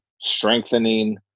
strengthening